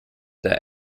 the